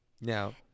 Now